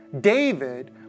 David